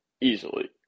easily